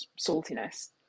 saltiness